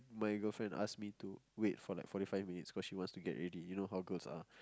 my girlfriend ask me to wait for like forty five minutes cause she wants to get ready you know how girls are